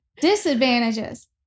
Disadvantages